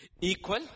Equal